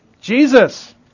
Jesus